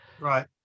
right